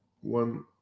One